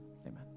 Amen